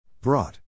Brought